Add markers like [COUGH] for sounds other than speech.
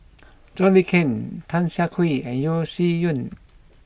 [NOISE] John Le Cain Tan Siah Kwee and Yeo Shih Yun